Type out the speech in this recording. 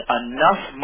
enough